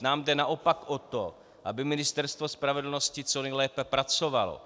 Nám jde naopak o to, aby Ministerstvo spravedlnosti co nejlépe pracovalo.